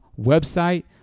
website